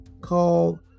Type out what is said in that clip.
Call